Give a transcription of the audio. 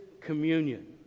communion